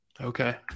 Okay